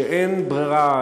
שאין ברירה,